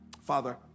Father